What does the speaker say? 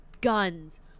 guns